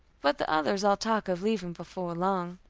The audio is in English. but the others all talk of leaving before long.